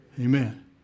Amen